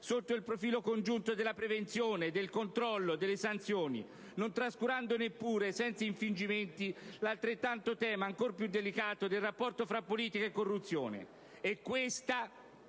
sotto il profilo congiunto della prevenzione, del controllo, delle sanzioni, non trascurando neppure, senza infingimenti, il tema altrettanto delicato del rapporto tra politica e corruzione. Questa